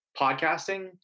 podcasting